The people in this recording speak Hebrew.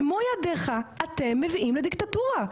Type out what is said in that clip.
במו ידיך אתם מביאים לדיקטטורה,